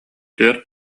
түөрт